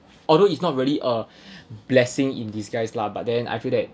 although it's not really a blessing in disguise lah but then I feel that